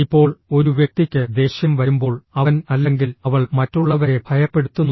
ഇപ്പോൾ ഒരു വ്യക്തിക്ക് ദേഷ്യം വരുമ്പോൾ അവൻ അല്ലെങ്കിൽ അവൾ മറ്റുള്ളവരെ ഭയപ്പെടുത്തുന്നു